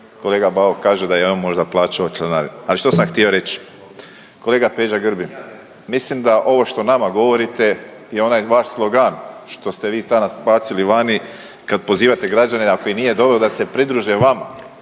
kolega Bauk kaže da je i on možda plaćao članarinu. Ali što sam htio reći, kolega Peđa Grbin mislim da ovo što nama govorite je onaj vaš slogan što ste vi danas bacili vani kad pozivate građane ako im nije dobro da se pridruže vama